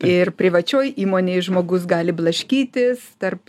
ir privačioj įmonėj žmogus gali blaškytis tarp